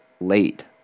late